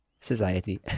society